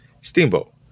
Steamboat